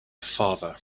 father